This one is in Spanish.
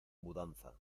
mudanza